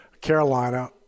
Carolina